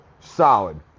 solid